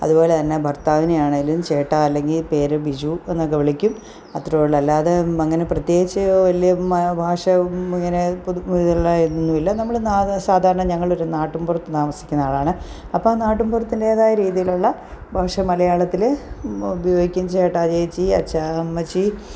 അതുപോലെ തന്നെ ഭർത്താവിനെ ആണേലും ചേട്ടാ അല്ലെങ്കിൽ പേര് ബിജു എന്നൊക്കെ വിളിക്കും അത്രയേയുള്ളു അല്ലാതെ അങ്ങനെ പ്രത്യേകിച്ചു വലിയ ഭാഷയും ഇങ്ങനെ പൊതു ഇല്ലായിരുന്നില്ല നമ്മൾ സാധാ സാധാരണ ഞങ്ങളൊരു നാട്ടിൻപുറത്ത് താമസിക്കുന്നാളാണ് അപ്പം നാട്ടിൻപുറത്തിൻറ്റേതായ രീതിയിലുള്ള ഭാഷ മലയാളത്തിൽ ഉപയോഗിക്കും ചേട്ടാ ചേച്ചി അച്ഛാ അമ്മച്ചി